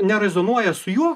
nerezonuoja su juo